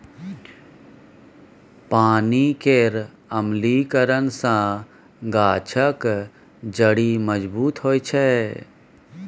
पानि केर अम्लीकरन सँ गाछक जड़ि मजबूत होइ छै